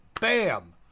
bam